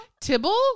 Tibble